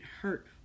hurt